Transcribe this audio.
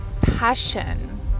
passion